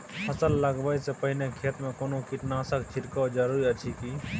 फसल लगबै से पहिने खेत मे कोनो कीटनासक छिरकाव जरूरी अछि की?